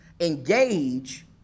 Engage